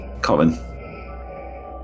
Colin